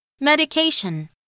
Medication